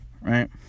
right